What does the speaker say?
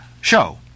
show